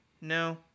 no